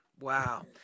Wow